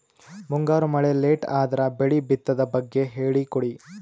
ಮುಂಗಾರು ಮಳೆ ಲೇಟ್ ಅದರ ಬೆಳೆ ಬಿತದು ಬಗ್ಗೆ ಹೇಳಿ ಕೊಡಿ?